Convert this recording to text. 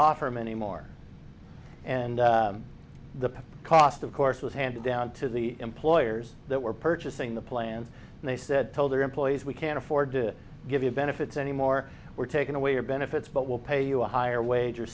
offer many more and the cost of course was handed down to the employers that were purchasing the plan and they said told their employees we can't afford to give you benefits anymore we're taking away your benefits but we'll pay you a higher wage